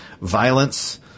violence